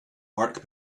work